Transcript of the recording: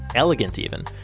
elegance even.